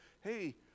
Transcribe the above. hey